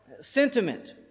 sentiment